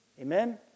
Amen